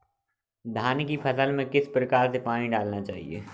धान की फसल में किस प्रकार से पानी डालना चाहिए?